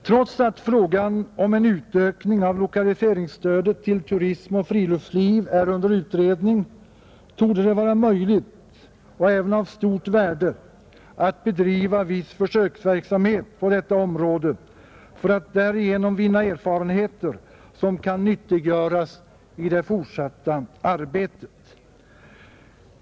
Trots att frågan om en utökning av lokaliseringsstödet till turism och friluftsliv är under utredning torde det vara möjligt och även av stort värde att bedriva viss försöksverksamhet på detta område för att därigenom vinna erfarenheter som kan nyttiggöras i det fortsatta arbetet.